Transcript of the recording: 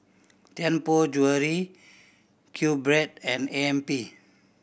Tianpo Jewellery QBread and A M P